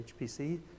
HPC